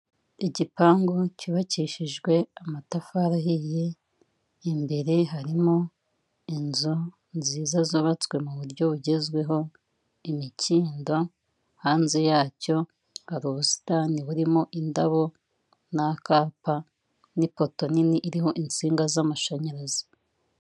Etajeri ipanze mo inkweto za supurese. Bigaragara ko ari aho bazigurishiriza.